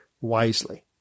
wisely